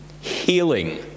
Healing